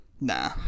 Nah